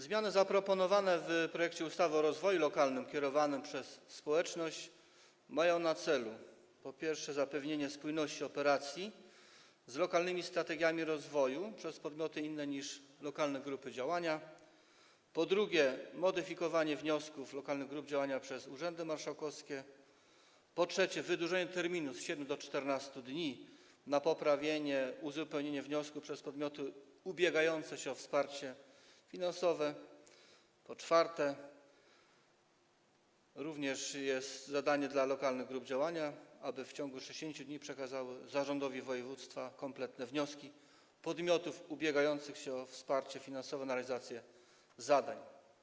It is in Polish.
Zmiany zaproponowane w projekcie ustawy o rozwoju lokalnym z udziałem lokalnej społeczności mają na celu, po pierwsze, zapewnienie spójności operacji z lokalnymi strategiami rozwoju przez podmioty inne niż lokalne grupy działania, po drugie, modyfikowanie wniosków lokalnych grup działania przez urzędy marszałkowskie, po trzecie, wydłużenie z 7 dni do 14 dni terminu na poprawienie, uzupełnienie wniosku przez podmioty ubiegające się o wsparcie finansowe, po czwarte, nałożenie zadania na lokalne grupy działania, aby w ciągu 60 dni przekazały zarządowi województwa kompletne wnioski podmiotów ubiegających się o wsparcie finansowe na realizację zadań.